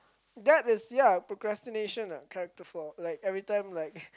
that is ya procrastination ah character for like every time like